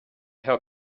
her